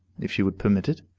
if she would permit it.